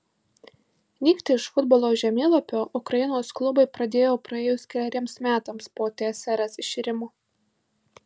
nykti iš futbolo žemėlapio ukrainos klubai pradėjo praėjus keleriems metams po tsrs iširimo